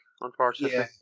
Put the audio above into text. unfortunately